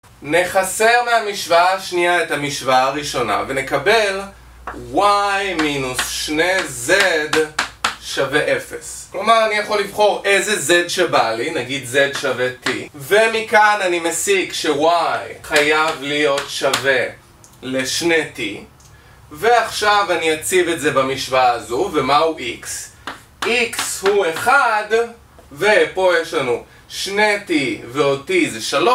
נחסר מהמשוואה השנייה את המשוואה הראשונה, ונקבל y-2z שווה 0 כלומר אני יכול לבחור איזה z שבא לי, נגיד z שווה t ומכאן אני מסיק שy חייב להיות שווה לשני t ועכשיו אני אציב את זה במשוואה הזו, ומה הוא x? x הוא 1, ופה יש לנו שני t ועוד t זה 3